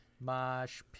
Mosh